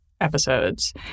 Episodes